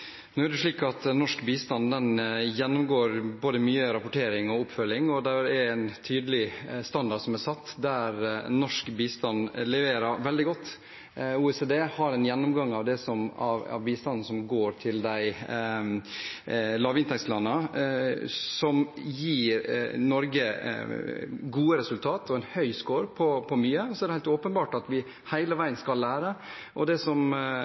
er en tydelig standard som er satt, der norsk bistand leverer veldig godt. OECD har en gjennomgang av bistanden som går til lavinntektsland, som gir Norge gode resultater og en høy score på mye. Så er det helt åpenbart at vi hele veien skal lære. Det representanten sier knyttet til åpenhet og transparens, har vært viktig for regjeringen og er bakgrunnen for at vi lanserte resultatportalen, som